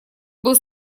был